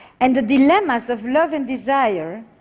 and the dilemmas of love and desire,